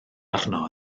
arno